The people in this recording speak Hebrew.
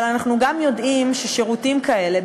אבל אנחנו גם יודעים ששירותים כאלה,